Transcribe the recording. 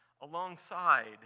alongside